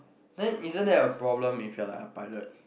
then isn't that a problem if you're like a pilot